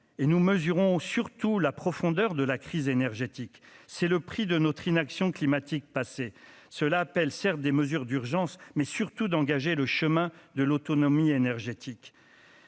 et nous mesurons surtout la profondeur de la crise énergétique, c'est le prix de notre inaction climatique passer cela appelle certes des mesures d'urgence, mais surtout d'engager le chemin de l'autonomie énergétique,